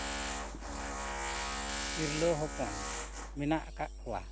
ᱛᱤᱨᱞᱟᱹ ᱦᱚᱯᱚᱱ ᱢᱮᱱᱟᱜ ᱟᱠᱟᱜ ᱠᱚᱣᱟ